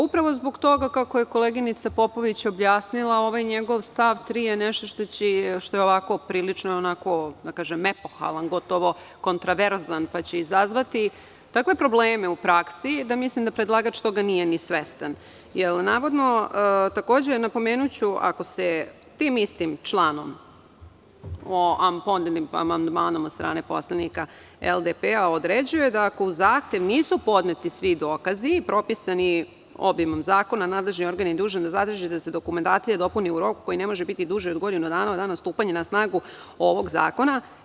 Upravo zbog toga kako je koleginica Popović objasnila ovaj njegov stav 3. je nešto što je prilično epohalno, gotovo kontraverzno koji će izazvati takve probleme u praksi da mislim da predlagač toga nije ni svestan, jer navodno, napomenuću, ako se tim istim članom, podnetim amandmanom od strane poslanika LDP da ako uz zahtev nisu podneti svi dokazipropisani obimom zakona, nadležni organ je dužan da zatraži da se dokumentacija dopuni u roku koji ne može biti duži od godinu dana od dana stupanja na snagu ovog zakona.